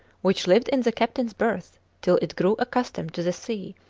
which lived in the captain's berth till it grew accustomed to the sea,